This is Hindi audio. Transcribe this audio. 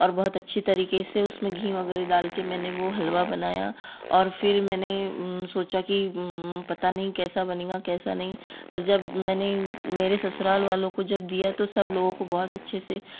और बहुत अच्छी तरीके से उसमें घी वगैरह डाल के मैंने वो हलवा बनाया और फिर मैंने सोचा कि पता नहीं कैसा बनेगा कैसा नहीं पर जब मैंने मेरे ससुराल वालों को जब दिया तो सब लोगों को बहुत अच्छे से